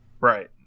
Right